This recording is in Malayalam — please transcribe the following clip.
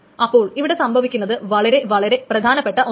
അപ്പോൾ ഇവിടെ സംഭവിക്കുന്നത് വളരെ വളരെ പ്രധാനപ്പെട്ട ഒന്നാണ്